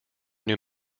new